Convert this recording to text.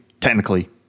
technically